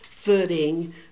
footing